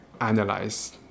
analyze